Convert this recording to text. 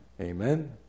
Amen